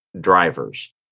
drivers